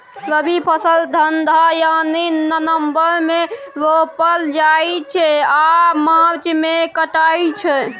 रबी फसल ठंढा यानी नवंबर मे रोपल जाइ छै आ मार्च मे कटाई छै